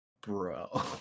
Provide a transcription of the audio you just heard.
bro